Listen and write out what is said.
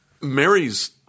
Mary's